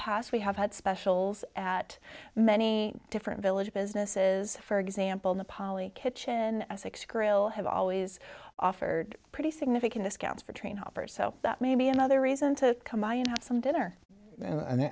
past we have had specials at many different village businesses for example the poly kitchen six grill have always offered pretty significant discount for train offers so that may be another reason to come by and have some dinner and